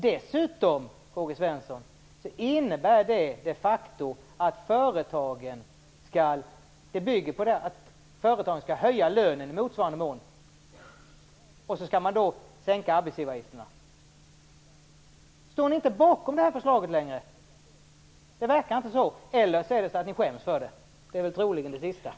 Dessutom, K-G Svenson, bygger det de facto på att företagen skall höja lönen i motsvarande mån - och så skall man sänka arbetsgivaravgifterna. Står ni inte längre bakom det här förslaget? Det verkar inte så. Eller så skäms ni för det. Det är väl troligen det sistnämnda.